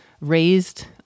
raised